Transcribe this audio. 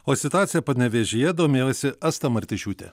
o situacija panevėžyje domėjosi asta martišiūtė